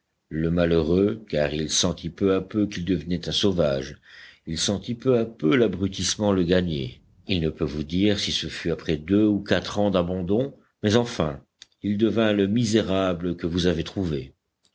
le malheureux car il sentit peu à peu qu'il devenait un sauvage il sentit peu à peu l'abrutissement le gagner il ne peut vous dire si ce fut après deux ou quatre ans d'abandon mais enfin il devint le misérable que vous avez trouvé